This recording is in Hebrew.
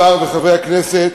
השר וחברי הכנסת,